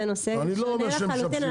זה נושא שונה לחלוטין,